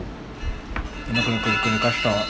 தப்பா:thappa